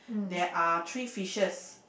there are three fishes